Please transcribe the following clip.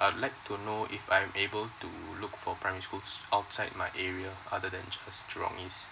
I would like to know if I'm able to look for primary school outside my area other than jurong east